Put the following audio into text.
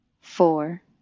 four